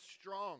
strong